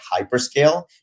hyperscale